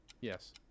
yes